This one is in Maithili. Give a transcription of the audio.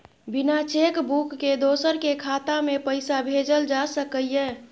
बिना चेक बुक के दोसर के खाता में पैसा भेजल जा सकै ये?